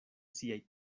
siaj